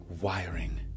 wiring